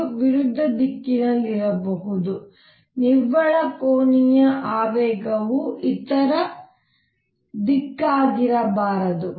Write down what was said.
ಇದು ವಿರುದ್ಧ ದಿಕ್ಕಿನಲ್ಲಿರಬಹುದು ನಿವ್ವಳ ಕೋನೀಯ ಆವೇಗವು ಇತರ ದಿಕ್ಕಾಗಿರಬಹುದು